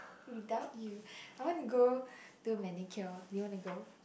without you I want to go do manicure do you want to go